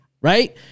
right